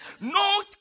No